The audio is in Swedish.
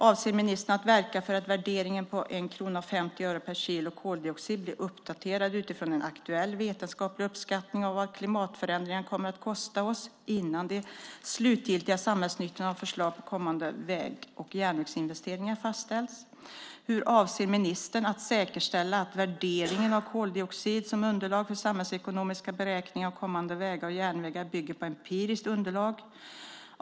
Avser ministern att verka för att värderingen på 1:50 kronor per kilo koldioxid blir uppdaterad utifrån en aktuell vetenskaplig uppskattning av vad klimatförändringarna kommer att kosta oss innan de slutgiltiga samhällsnyttorna av förslag på kommande väg och järnvägsinvesteringar fastställs? Hur avser ministern att säkerställa att värderingen av koldioxid som underlag för samhällsekonomiska beräkningen av kommande vägar och järnvägar bygger på ett empiriskt underlag?